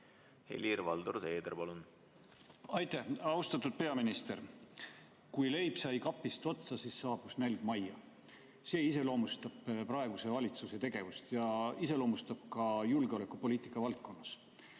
Helir-Valdor Seeder, palun! Aitäh! Austatud peaminister! Kui leib sai kapist otsa, siis saabus nälg majja. See iseloomustab praeguse valitsuse tegevust ja iseloomustab seda ka julgeolekupoliitika valdkonnas.